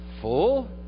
full